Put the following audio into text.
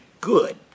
good